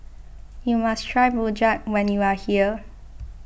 you must try Rojak when you are here